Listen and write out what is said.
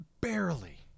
Barely